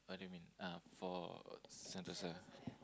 what do you mean uh for Sentosa